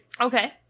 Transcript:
Okay